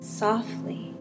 softly